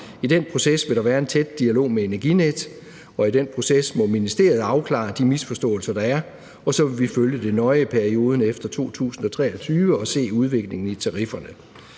I den proces vil der være en tæt dialog med Energinet, og i den proces må ministeriet afklare de misforståelser, der er, og så vil vi følge det nøje i perioden efter 2023 og se udviklingen i tarifferne.